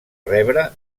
rebre